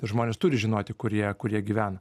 žmonės turi žinoti kur jie kur jie gyvena